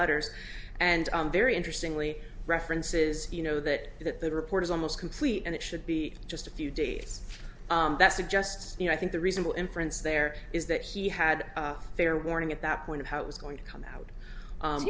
letters and very interesting lee references you know that that the report is almost complete and it should be just a few dates that suggests you know i think the reasonable inference there is that he had fair warning at that point of how it was going to come out